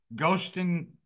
ghosting